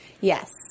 Yes